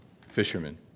fishermen